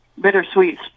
bittersweet